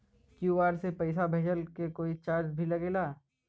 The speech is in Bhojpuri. क्यू.आर से पैसा भेजला के कोई चार्ज भी लागेला?